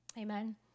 Amen